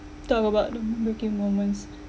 talk about your heartbreaking moments